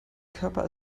körper